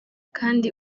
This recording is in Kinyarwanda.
kandi